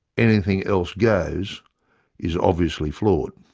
anything else goes is obviously flawed.